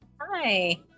Hi